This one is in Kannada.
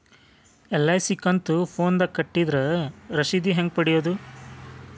ಎಲ್.ಐ.ಸಿ ಕಂತು ಫೋನದಾಗ ಕಟ್ಟಿದ್ರ ರಶೇದಿ ಹೆಂಗ್ ಪಡೆಯೋದು?